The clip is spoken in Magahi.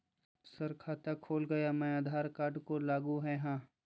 सर खाता खोला गया मैं आधार कार्ड को लागू है हां?